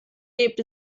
lebt